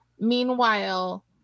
Meanwhile